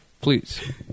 Please